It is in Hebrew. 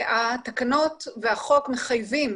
התקנות והחוק מחייבים